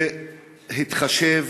בהתחשב